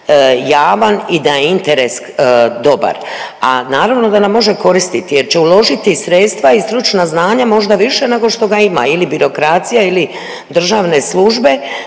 javan, da je interes dobar. A naravno da nam može koristiti jer će uložiti sredstva i stručna znanja možda više nego što ga ima ili birokracija ili državne službe